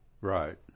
Right